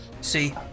See